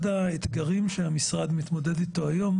אחד האתגרים שהמשרד מתמודד איתם היום